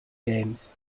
games